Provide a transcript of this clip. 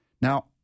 Now